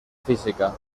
física